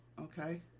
Okay